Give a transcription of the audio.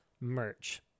merch